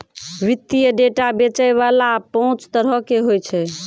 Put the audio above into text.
वित्तीय डेटा बेचै बाला पांच तरहो के होय छै